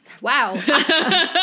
wow